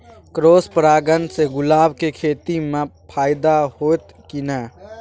Cross परागण से गुलाब के खेती म फायदा होयत की नय?